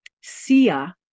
SIA